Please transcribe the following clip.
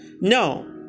No